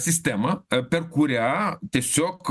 sistemą per kurią tiesiog